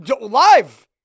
live